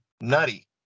nutty